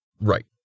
Right